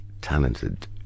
talented